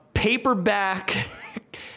paperback